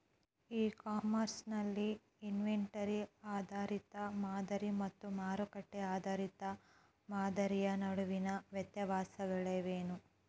E commerce ನಲ್ಲಿ inventory ಆಧಾರಿತ ಮಾದರಿ ಮತ್ತು ಮಾರುಕಟ್ಟೆ ಆಧಾರಿತ ಮಾದರಿಯ ನಡುವಿನ ವ್ಯತ್ಯಾಸಗಳೇನು?